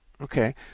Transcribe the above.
Okay